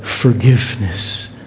forgiveness